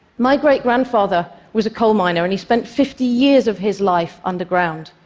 my great-grandfather was a coal miner, and he spent fifty years of his life underground.